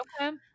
Okay